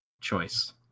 choice